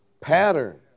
pattern